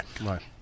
Right